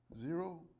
Zero